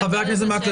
חבר הכנסת מקלב,